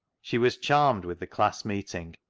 she was charmed with the class-meeting,